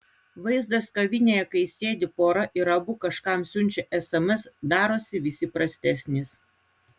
vaizdas kavinėje kai sėdi pora ir abu kažkam siunčia sms darosi vis įprastesnis